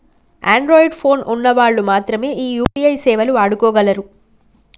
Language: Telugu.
అన్ద్రాయిడ్ పోను ఉన్న వాళ్ళు మాత్రమె ఈ యూ.పీ.ఐ సేవలు వాడుకోగలరు